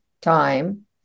time